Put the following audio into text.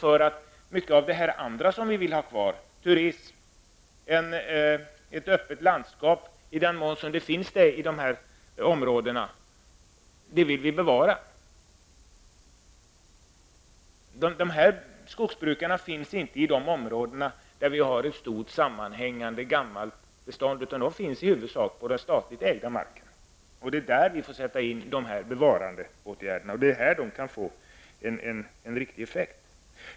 Vi vill ju dessutom ha kvar turismen och det öppna landskapet -- i den mån det finns något i dessa områden. Dessa skogsbrukare finns inte i de områden där skogen utgörs av ett stort sammanhängande gammalt bestånd, utan de finns i huvudsak på den statligt ägda marken. Det är där dessa bevarandeåtgärder måste sättas in.